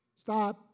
stop